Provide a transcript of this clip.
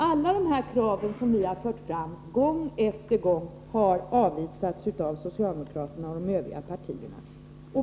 Alla dessa krav, som vi gång på gång har fört fram, har avvisats av socialdemokraterna och de Övriga partierna.